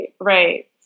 Right